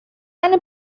eine